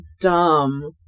dumb